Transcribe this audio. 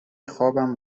خوابم